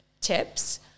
tips